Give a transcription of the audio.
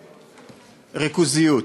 ריכוזיות.